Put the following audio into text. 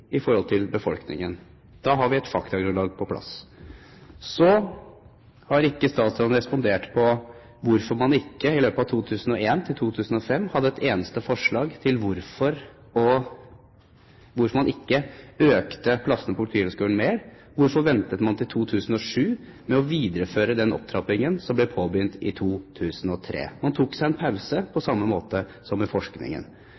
i forhold til befolkningen. Da har vi et faktagrunnlag på plass. Så har ikke statsråden respondert på hvorfor man fra 2001 til 2005 ikke hadde et eneste forslag om å øke antall plasser på Politihøgskolen. Hvorfor ventet man til 2007 med å videreføre den opptrappingen som ble påbegynt i 2003? Man tok seg en pause, på